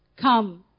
come